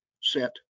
set